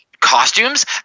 costumes